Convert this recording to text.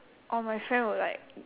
or my friend will like